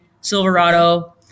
Silverado